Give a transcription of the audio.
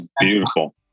beautiful